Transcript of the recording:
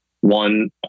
one